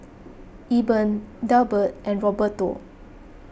Eben Delbert and Roberto